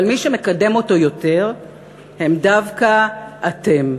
אבל מי שמקדם אותו יותר הם דווקא אתם,